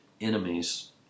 enemies